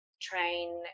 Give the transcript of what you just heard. train